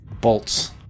Bolts